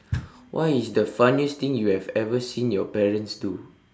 what is the funniest thing you have ever seen your parents do